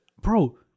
bro